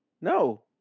No